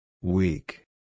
Weak